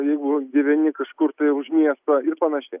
jeigu gyveni kažkur tai už miesto ir panašiai